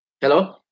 Hello